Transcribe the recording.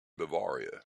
bavaria